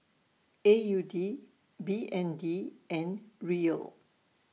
A U D B N D and Riel